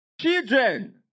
Children